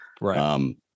Right